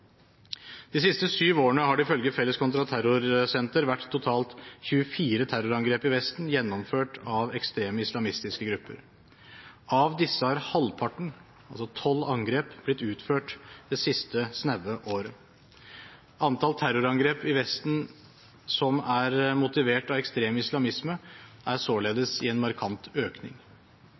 De siste syv årene har det ifølge Felles kontraterrorsenter vært totalt 24 terrorangrep i Vesten, gjennomført av ekstreme islamistiske grupper. Av disse har halvparten – altså tolv angrep – blitt utført det siste snaue året. Antall terrorangrep i Vesten som er motivert av ekstrem islamisme, er således i markant økning.